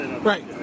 Right